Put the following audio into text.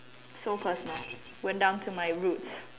so personal went down to my roots